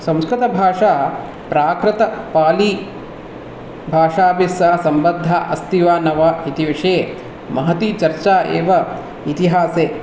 संस्कृतभाषा प्राकृतपालीभाषाभिस्सह सम्बद्धा अस्ति वा न वा इति विषये महती चर्चा एव इतिहासे